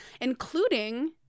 including